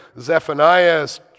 Zephaniah's